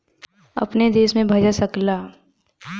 अपने देश में भजा सकला